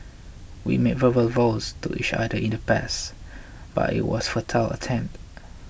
we made verbal vows to each other in the past but it was a futile attempt